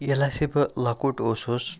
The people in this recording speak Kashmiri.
ییٚلہِ ہَساے بہٕ لۄکُٹ اوسُس